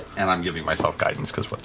and i'm giving myself guidance, because but